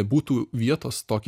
būtų vietos tokį